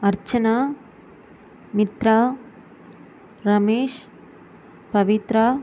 Archana Mitra Ramesh Pavithra